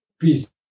Peace